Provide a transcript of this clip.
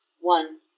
One